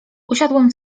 usiadłem